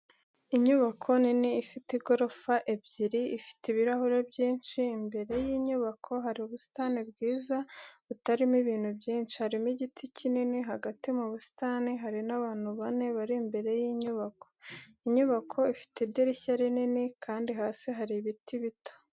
Inyubako nini ifite igorofa ebyiri, ifite ibirahuri byinshi, imbere y'inyubako hari ubusitani bwiza butarimo ibintu byinshi, harimo igiti kinini hagati mu busitani. Hari n'abantu bane bari imbere y'inyubako. Inyubako ifite idirishya rinini, kandi hasi hari ibiti bito.